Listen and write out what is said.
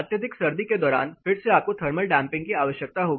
अत्यधिक सर्दी के दौरान फिर से आपको थर्मल डैंपिंग की आवश्यकता होगी